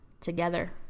together